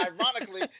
ironically